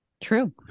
True